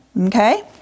Okay